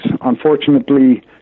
Unfortunately